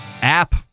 app